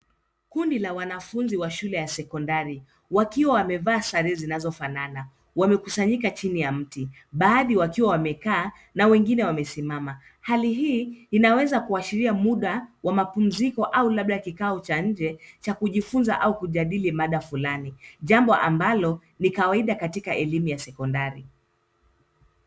Kundi la wanafunzi wa shule ya sekondari wakiwa wamevaa sare zinazofanana. Wamekusanyika chini ya mti, baadhi wakiwa wamekaa na wengine wamesimama. Hali hii, inaweza kuashiria muda wamapumziko au labda kikao cha nje cha kujifunza au kujadili mada fulani. Jambo ambalo ni kawaida katika elimu ya sekondari.